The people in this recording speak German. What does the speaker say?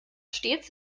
stets